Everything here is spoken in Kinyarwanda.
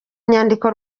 nyandiko